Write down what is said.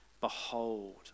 Behold